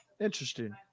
Interesting